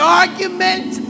argument